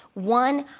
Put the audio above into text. one,